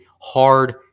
Hard